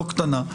לא קטנה.